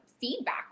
feedback